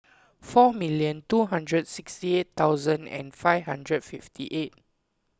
four million two hundred sixty eight thousand and five hundred fifty eight